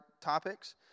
topics